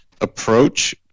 approach